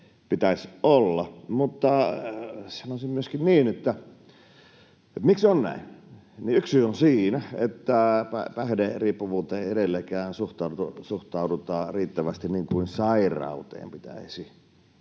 pitäisi olla. Mutta kysyisin myöskin niin, että miksi on näin. Yksi syy on siinä, että päihderiippuvuuteen ei edelleenkään suhtauduta riittävästi niin kuin sairauteen pitäisi